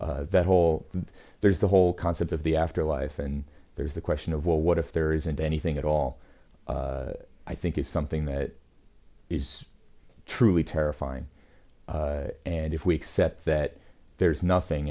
not that whole there's the whole concept of the afterlife and there's the question of well what if there isn't anything at all i think is something that is truly terrifying and if we except that there's nothing